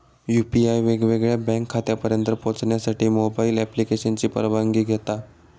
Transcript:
UPI वेगवेगळ्या bank खात्यांपर्यंत पोहचण्यासाठी मोबाईल ॲप्लिकेशनची परवानगी घेता